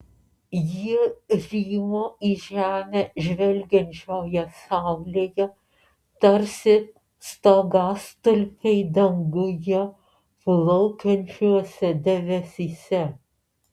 jie rymo į žemę žvelgiančioje saulėje tarsi stogastulpiai danguje plaukiančiuose debesyse